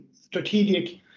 strategic